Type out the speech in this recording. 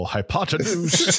Hypotenuse